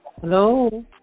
hello